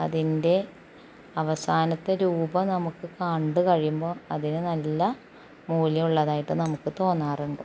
അതിൻ്റെ അവസാനത്തെ രൂപം നമുക്ക് കണ്ട് കഴിയുമ്പോൾ അതിന് നല്ല മൂല്യം ഉള്ളതായിട്ട് നമുക്ക് തോന്നാറുണ്ട്